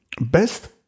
Best